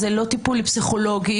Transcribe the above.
זה לא טיפול פסיכולוגי.